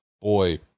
boy